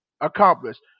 accomplished